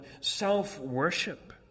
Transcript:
self-worship